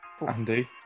Andy